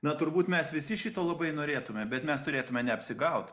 na turbūt mes visi šito labai norėtume bet mes turėtume neapsigaut